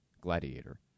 Gladiator